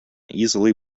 easily